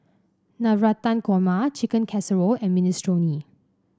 Navratan Korma Chicken Casserole and Minestrone